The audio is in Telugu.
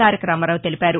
తారకరామారావు తెలిపారు